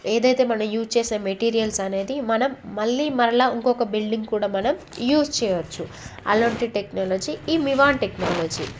ఏదైతే మన యూజ్ చేసే మెటీరియల్స్ అనేది మనం మళ్ళీ మరలా ఇంకొక బిల్డింగ్కి కూడా మనం యూజ్ చేయచ్చు అలాంటి టెక్నాలజీ ఈ మివాన్ టెక్నాలజీ